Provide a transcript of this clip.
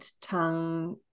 tongue